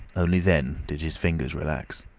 only then did his fingers relax.